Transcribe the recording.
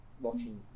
watching